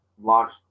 Launched